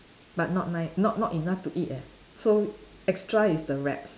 but not nice not not enough to eat eh so extra is the wraps